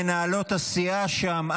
מנהלות הסיעה שם,